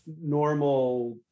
normal